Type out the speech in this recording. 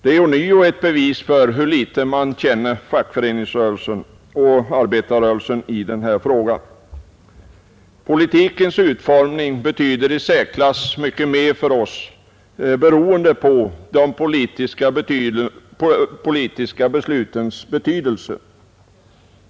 Det är ånyo ett bevis för hur litet man känner fackföreningsrörelsen och arbetarrörelsen i denna fråga. Politikens utformning betyder i särklass mer för oss, beroende på de politiska beslutens vikt.